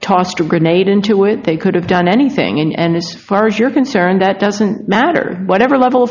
tossed a grenade into it they could have done anything and as far as you're concerned that doesn't matter whatever level of